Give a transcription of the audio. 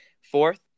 Fourth